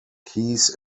keys